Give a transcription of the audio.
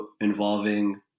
involving